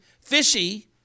fishy